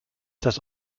das